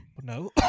No